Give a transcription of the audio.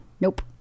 Nope